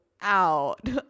out